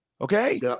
okay